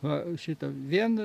va šito vien